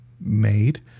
made